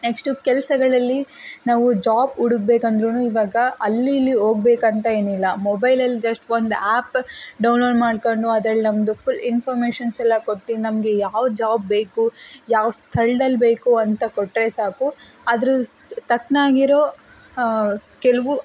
next ಕೆಲಸಗಳಲ್ಲಿ ನಾವು job ಹುಡುಕ್ಬೇಕಂದ್ರುನು ಇವಾಗ ಅಲ್ಲಿ ಇಲ್ಲಿ ಹೋಗ್ಬೇಕಂತ ಏನಿಲ್ಲ ಮೊಬೈಲಲ್ಲಿ ಜಶ್ಟ್ ಒಂದು ಆ್ಯಪ್ ಡೌನ್ಲೋಡ್ ಮಾಡ್ಕೊಂಡು ಅದ್ರಲ್ಲಿ ನಮ್ಮದು ಫುಲ್ ಇನ್ಫಮೇಷನ್ಸೆಲ್ಲ ಕೊಟ್ಟು ನಮಗೆ ಯಾವ ಜಾಬ್ ಬೇಕು ಯಾವ ಸ್ಥಳ್ದಲ್ಲಿ ಬೇಕು ಅಂತ ಕೊಟ್ಟರೆ ಸಾಕು ಅದ್ರ ಸ್ ತಕ್ಕನಾಗಿರೋ ಕೆಲವು